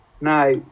No